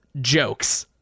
jokes